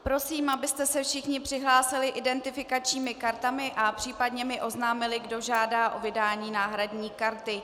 Prosím, abyste se všichni přihlásili identifikačními kartami a případně mi oznámili, kdo žádá o vydání náhradní karty.